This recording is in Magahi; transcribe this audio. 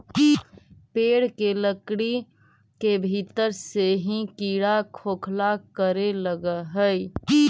पेड़ के लकड़ी के भीतर से ही कीड़ा खोखला करे लगऽ हई